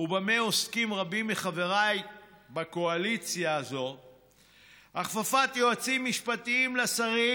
ובמה עוסקים רבים מחברי בקואליציה הזאת: הכפפת יועצים משפטיים לשרים,